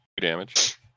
damage